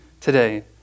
today